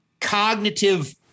cognitive –